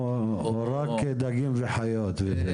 או רק דגים וחיות?